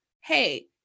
Hey